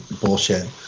bullshit